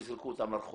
יזרקו אותם לרחוב.